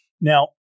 Now